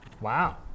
Wow